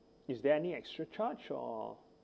is there any extra charge or